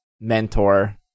mentor